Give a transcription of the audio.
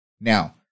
Now